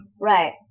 Right